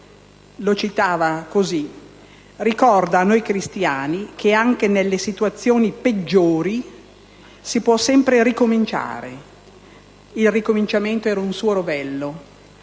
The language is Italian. Lo citava così: